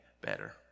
better